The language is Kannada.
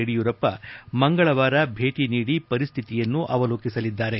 ಯಡಿಯೂರಪ್ಪ ಮಂಗಳವಾರ ಭೇಟಿ ನೀಡಿ ಪರಿಸ್ಹಿತಿಯನ್ನು ಅವಲೋಕಿಸಲಿದ್ದಾರೆ